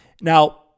Now